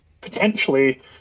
potentially